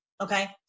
Okay